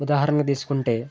ఉదాహరణకి తీసుకుంటే